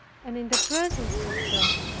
and in the presence of god,